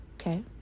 Okay